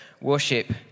worship